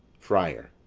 friar.